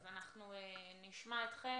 אז אנחנו נשמע אתכם.